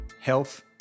health